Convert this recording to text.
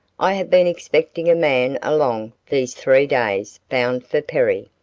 i have been expecting a man along these three days bound for perry.